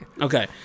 Okay